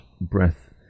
breath